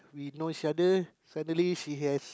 we know each other suddenly she has